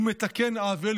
הוא מתקן עוול,